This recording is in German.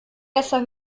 besser